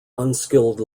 unskilled